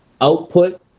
output